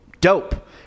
Dope